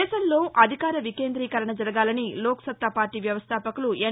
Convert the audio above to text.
దేశంలో అధికార వికేంద్రీకరణ జరగాలని లోక్సత్తా పార్టీ వ్యవస్థాపకులు ఎన్